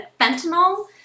fentanyl